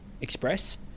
express